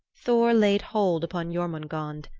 thor laid hold upon jormungand.